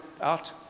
out